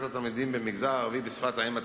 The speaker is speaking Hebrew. התלמידים במגזר הערבי בשפת האם התקנית: